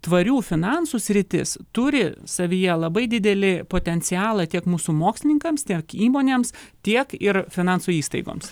tvarių finansų sritis turi savyje labai didelį potencialą tiek mūsų mokslininkams tiek įmonėms tiek ir finansų įstaigoms